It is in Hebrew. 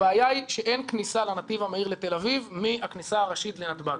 הבעיה היא שאין כניסה לנתיב המהיר לתל אביב מהכניסה הראשית לנתב"ג.